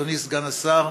אדוני סגן השר,